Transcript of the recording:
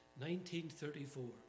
1934